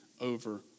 over